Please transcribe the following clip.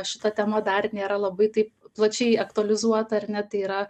šita tema dar nėra labai taip plačiai aktualizuota ar ne tai yra